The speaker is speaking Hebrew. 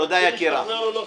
תודה, יקירה.